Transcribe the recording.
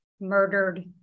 murdered